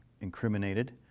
incriminated